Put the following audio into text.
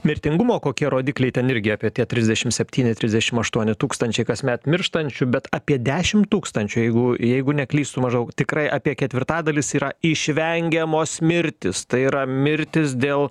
mirtingumo kokie rodikliai ten irgi apie tie trisdešim septyni trisdešim aštuoni tūkstančiai kasmet mirštančių bet apie dešim tūkstančių jeigu jeigu neklystu maždaug tikrai apie ketvirtadalis yra išvengiamos mirtys tai yra mirtis dėl